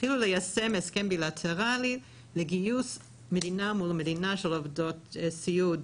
יישמנו הסכם בילטרלי לגיוס מדינה מול מדינה של עובדות סיעוד